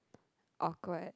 awkward